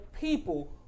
people